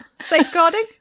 safeguarding